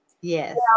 Yes